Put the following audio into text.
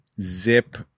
Zip